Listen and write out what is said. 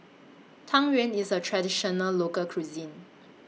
Tang Yuen IS A Traditional Local Cuisine